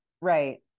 Right